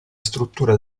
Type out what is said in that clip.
struttura